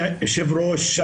יש לי שתי הצעות: אני